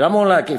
שם הוא לעקיפה.